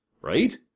right